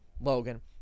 Logan